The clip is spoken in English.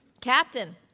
Captain